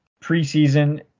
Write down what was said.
preseason –